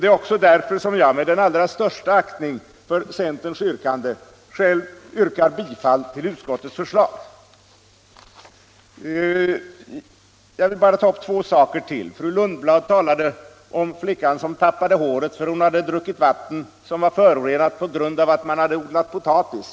Det är också därför som jag — med den allra största aktning för centerns yrkande — själv yrkar bifall till utskottets förslag. Fru Lundblad talade om flickan som tappade håret därför att hon hade druckit vatten som var förorenat på grund av att man odlat potatis.